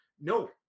No